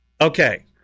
Okay